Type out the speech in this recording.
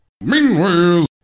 Meanwhile